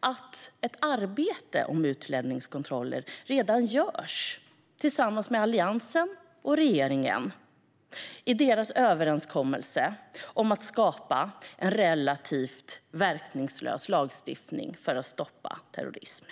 att ett arbete om utlänningskontroller redan görs av Alliansen och regeringen i deras överenskommelse om att skapa en relativt verkningslös lagstiftning för att stoppa terrorism.